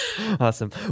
Awesome